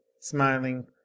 smiling